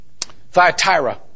Thyatira